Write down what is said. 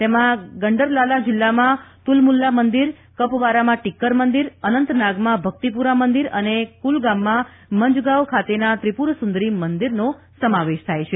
તેમાં ગંડરલાલા જિલ્લામાં તુલમુલ્લા મંદિર કપવારામાં ટીક્કર મંદિર અનંતનાગમાં ભક્તિપુરા મંદિર અને કુલગામના મંઝગાંવ ખાતેના ત્રિપુરસુંદરી મંદિરનો સમાવેશ થાય છે